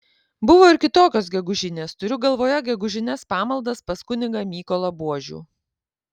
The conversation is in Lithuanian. buvo ir kitokios gegužinės turiu galvoje gegužines pamaldas pas kunigą mykolą buožių